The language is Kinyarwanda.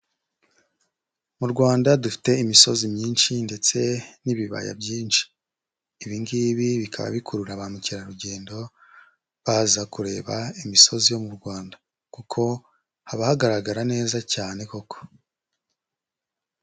Mu Rwanda dufite imisozi myinshi ndetse n'ibibaya byinshi, ibi ngibi bikaba bikurura ba mukerarugendo baza kureba imisozi yo mu Rwanda kuko haba hagaragara neza cyane koko.